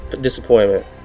disappointment